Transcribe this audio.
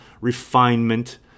refinement